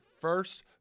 first